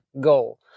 goal